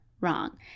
wrong